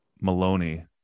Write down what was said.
Maloney